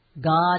God